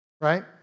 right